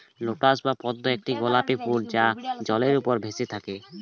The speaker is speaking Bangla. লোটাস বা পদ্ম একটি গোলাপী ফুল যা জলের উপর ভেসে থাকে